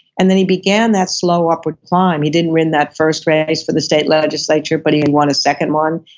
and then he began that slow upward climb. he didn't win that first race for the state legislature but he and won his second one.